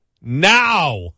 now